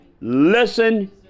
listen